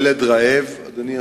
ילד רעב, אדוני השר,